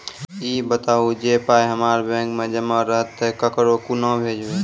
ई बताऊ जे पाय हमर बैंक मे जमा रहतै तऽ ककरो कूना भेजबै?